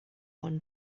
one